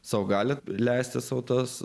sau gali leisti sau tas